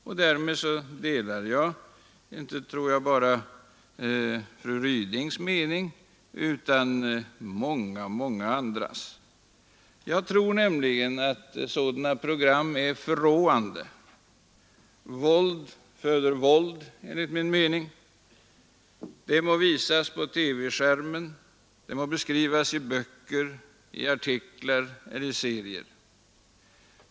På den punkten delar jag alltså inte bara fru Rydings utan också många andras mening. Jag tror nämligen att sådana program är förråande. Våld föder våld, enligt min mening, det må visas på TV-skärmen, det må beskrivas i böcker, artiklar eller serier.